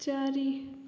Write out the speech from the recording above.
ଚାରି